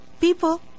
people